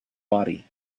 body